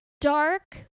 Dark